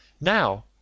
now